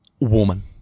woman